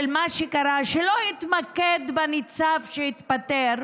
של מה שקרה, שלא יתמקד בניצב שהתפטר.